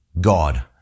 God